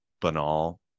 banal